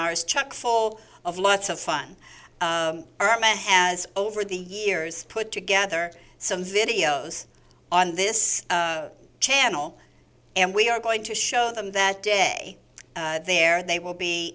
hours chuck full of lots of fun our man has over the years put together some videos on this channel and we are going to show them that day there they will be